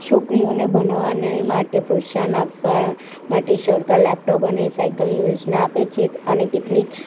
છોકરીઓને ભણાવવાને માટે પોષણ આપવા માટે સરકાર લેપટોપ અને સાયકલની યોજના આપે છે અને કેટલીક